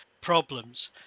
problems